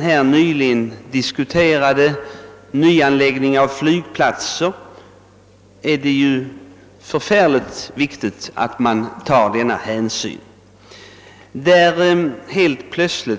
fråga som nyligen diskuterats här i riksdagen — är det mycket viktigt att man tar hänsyn till bullerfrågan.